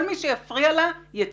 כל מי שיפריע לה, יצא.